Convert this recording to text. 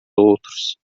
outros